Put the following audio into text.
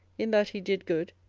in that he did good,